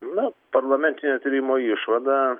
na parlamentinio tyrimo išvada